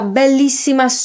bellissima